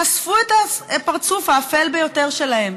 חשפו את הפרצוף האפל ביותר שלהם.